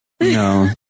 No